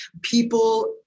People